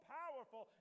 powerful